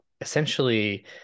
essentially